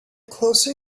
closer